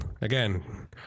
again